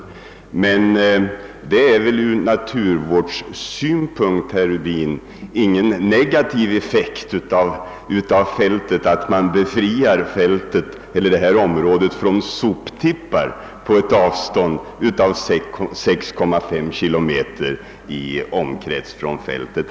Från naturvårdssynpunkt ligger det väl, herr Rubin, ingenting negativt i att man befriar det här området från soptippar inom ett avstånd av 6,5 kilometer från fältet.